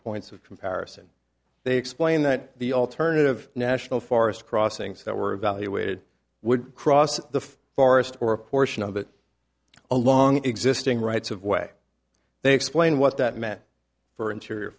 points of comparison they explained that the alternative national forest crossings that were evaluated would cross the forest or a portion of it along existing rights of way they explain what that meant for interior